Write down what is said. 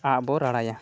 ᱟᱜ ᱵᱚᱱ ᱨᱟᱲᱟᱭᱟ